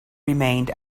remained